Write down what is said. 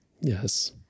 Yes